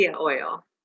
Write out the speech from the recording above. oil